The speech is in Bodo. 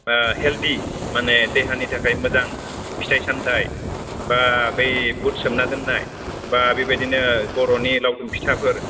हेल्थि माने देहानि थाखाय मोजां फिथाइ सामथाय बा बै बुट सोमना दोननाय बा बेबायदिनो बर'नि लाउदुम फिथाफोर